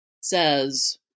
says